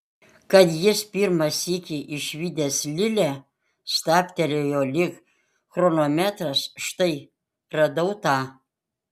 kad jis pirmą sykį išvydęs lilę stabtelėjo lyg chronometras štai radau tą